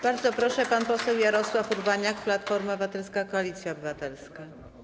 Bardzo proszę, pan poseł Jarosław Urbaniak, Platforma Obywatelska - Koalicja Obywatelska.